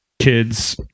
kids